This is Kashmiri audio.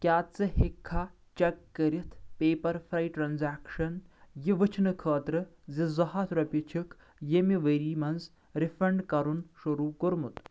کیٛاہ ژٕ ہیٚککھا چیک کٔرِتھ پیپر فرٛے ٹرانزیکشن یہِ وٕچھنہٕ خٲطرٕ زِ زٕ ہتھ رۄپیہِ چھِکھ ییٚمہِ ؤری منٛز رِفنڈ کرُن شروٗع کوٚرمُت